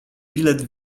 bilet